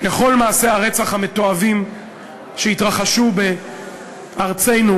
מעשי הרצח המתועבים שהתרחשו בארצנו